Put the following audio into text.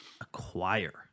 acquire